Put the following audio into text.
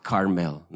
Carmel